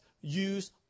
use